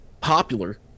popular